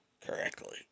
Correctly